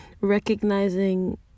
recognizing